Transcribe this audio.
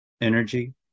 energy